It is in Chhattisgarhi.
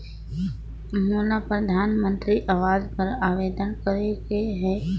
मोला परधानमंतरी आवास बर आवेदन करे के हा?